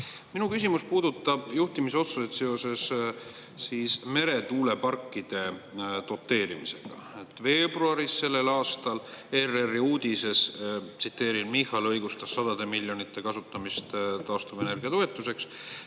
Minu küsimus puudutab juhtimisotsuseid seoses meretuuleparkide doteerimisega. Veebruaris sellel aastal ERR-i uudises "Michal õigustas sadade miljonite eurode maksmist taastuvenergiatoetuseks"